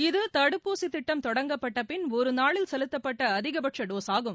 இது தடுப்பூசி திட்டம் தொடங்கப்பட்ட பின் ஒரு நாளில் செலுத்தப்பட்ட அதிகபட்ச டோஸ்கள் ஆகும்